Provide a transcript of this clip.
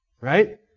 Right